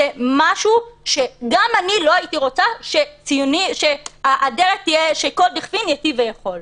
גם אני לא הייתי רוצה שכל דכפין ייתי ויכול,